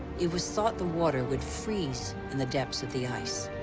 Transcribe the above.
it was thought the water would freeze in the depths of the ice.